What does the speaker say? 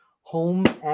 home